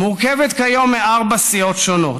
מורכבת כיום מארבע סיעות שונות,